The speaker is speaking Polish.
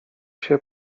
się